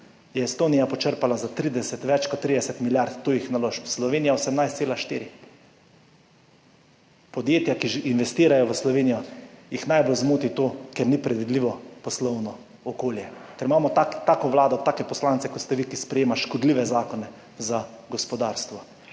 je Estonija počrpala za več kot 30 milijard tujih naložb, Slovenija 18,4. Podjetja, ki investirajo v Sloveniji, najbolj zmoti to, ker ni predvidljivo poslovno okolje, ker imamo tako vlado, take poslance, kot ste vi, ki sprejemajo škodljive zakone za gospodarstvo.